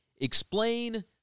Explain